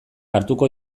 hartuko